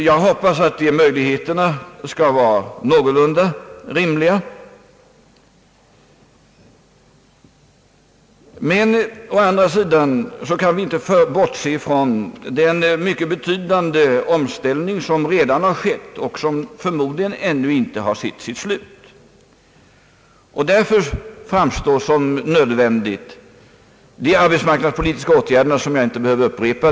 Jag hoppas att de möjligheterna skall vara någorlunda rimliga, men å andra sidan kan vi inte bortse från att en mycket betydande omställning redan har skett och förmodligen ännu inte nått sitt slut. Därför är det nödvändigt att sätta in åtgärder. Vi är helt ense om de arbetsmarknadspolitiska åtgärderna, som jag inte nu behöver redovisa.